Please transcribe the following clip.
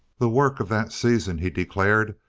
the work of that season, he declared,